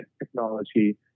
technology